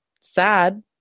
sad